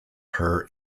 her